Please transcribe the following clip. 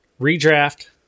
redraft